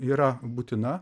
yra būtina